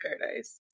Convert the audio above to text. paradise